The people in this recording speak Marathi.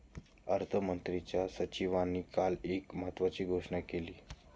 अर्थमंत्र्यांच्या सचिवांनी काल एक महत्त्वाची घोषणा केली